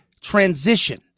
transition